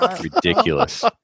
ridiculous